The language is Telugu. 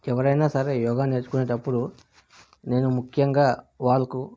ఎవరైనా సరే యోగా నేర్చుకునేటప్పుడు నేను ముఖ్యంగా వాళ్లకు